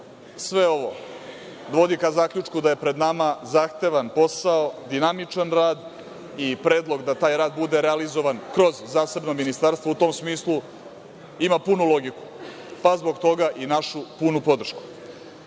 sve ovo vodi ka zaključku da je pred nama zahtevan posao, dinamičan rad i predlog da taj rad bude realizovan kroz zasebna ministarstva u tom smislu ima punu logiku, pa zbog toga i našu punu podršku. Novac